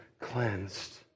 cleansed